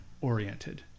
oriented